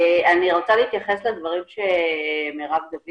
אני רוצה להתייחס לדברים שמרב דוד